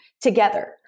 together